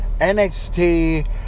NXT